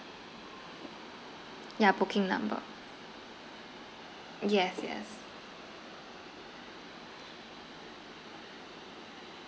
yeah booking number yes yes